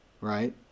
Right